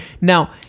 now